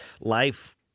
life